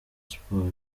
sports